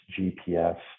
gps